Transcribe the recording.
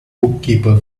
bookkeeper